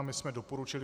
My jsme doporučili